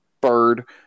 Bird